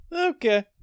okay